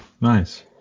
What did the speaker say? Nice